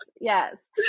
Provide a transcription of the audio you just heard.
yes